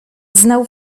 znał